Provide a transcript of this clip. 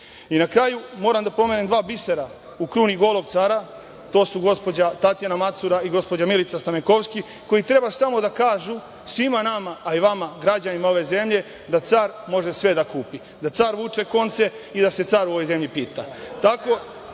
kraju, moram da pomenem dva bisera u kruni golog cara, to su gospođa Tatjana Macura i gospođa Milica Stamekovski, koji treba samo da kažu svima nama, a i vama, građanima ove zemlje, da car može sve da kupi, da car vuče konce i da se car u ovoj zemlji pita. Sa